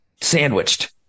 sandwiched